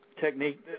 technique